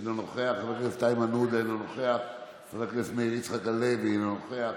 אינו נוכח, חבר הכנסת איימן עודה, אינו נוכח,